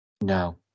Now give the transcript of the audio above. no